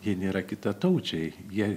jie nėra kitataučiai jie